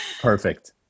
Perfect